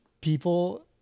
people